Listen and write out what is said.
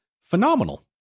Phenomenal